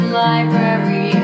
library